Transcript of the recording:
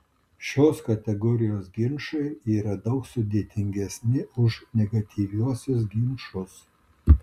šios kategorijos ginčai yra daug sudėtingesni už negatyviuosius ginčus